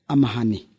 Amahani